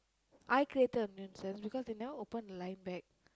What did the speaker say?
I created a nuisance because they never open the line back